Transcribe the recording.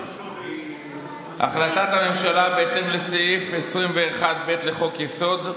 החלטת הממשלה בהתאם לסעיף 21(ב) לחוק-יסוד: